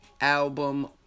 album